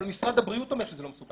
אבל משרד הבריאות אומר שזה לא מסוכן.